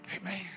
amen